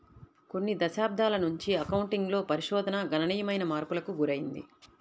కొన్ని దశాబ్దాల నుంచి అకౌంటింగ్ లో పరిశోధన గణనీయమైన మార్పులకు గురైంది